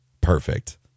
perfect